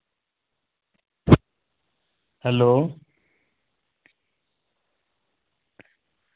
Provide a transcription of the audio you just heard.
hello